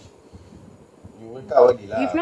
must early yes nine O'clock